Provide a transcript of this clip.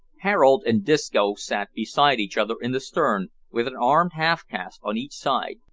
harold and disco sat beside each other in the stern, with an armed half-caste on each side,